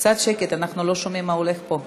קצת שקט, אנחנו לא שומעים מה הולך פה.